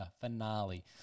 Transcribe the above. finale